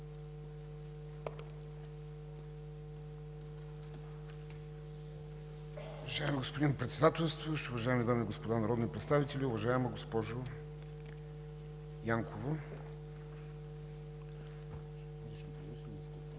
Уважаеми господин Председател, уважаеми дами и господа народни представители! Уважаема госпожо Янкова,